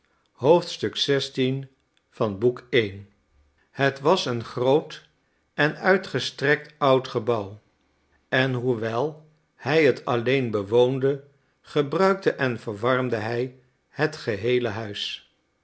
xvi het was een groot en uitgestrekt oud gebouw en hoewel hij het alleen bewoonde gebruikte en verwarmde hij het geheele huis